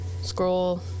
Scroll